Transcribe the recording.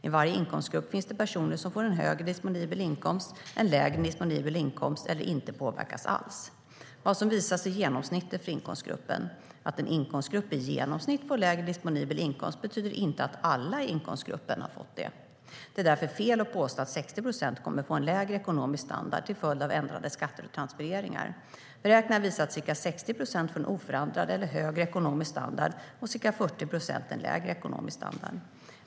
I varje inkomstgrupp finns det personer som får en högre disponibel inkomst, får en lägre disponibel inkomst eller inte påverkas alls. Vad som visas är genomsnittet för inkomstgruppen. Att en inkomstgrupp i genomsnitt får lägre disponibel inkomst betyder inte att alla i inkomstgruppen får det. Det är därför fel att påstå att 60 procent kommer att få en lägre ekonomisk standard till följd av ändrade skatter och transfereringar. Beräkningar visar att ca 60 procent får en oförändrad eller högre ekonomisk standard och att ca 40 procent får en lägre ekonomisk standard.